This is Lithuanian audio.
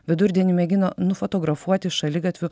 vidurdienį mėgino nufotografuoti šaligatviu